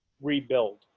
rebuild